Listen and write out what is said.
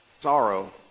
sorrow